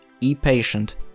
E-patient